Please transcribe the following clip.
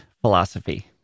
philosophy